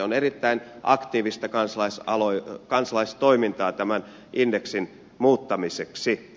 on erittäin aktiivista kansalaistoimintaa tämän indeksin muuttamiseksi